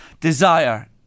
desire